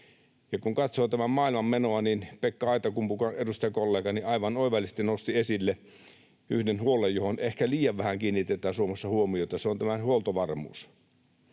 Kun katsoo tämän maailman menoa, niin Pekka Aittakumpu, edustajakollegani, aivan oivallisesti nosti esille yhden huolen, johon ehkä liian vähän kiinnitetään Suomessa huomiota, ja se on huoltovarmuus.